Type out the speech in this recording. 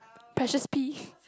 precious peeve